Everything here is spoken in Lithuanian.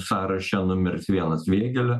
sąraše numeris vienas vėgėle